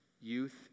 Youth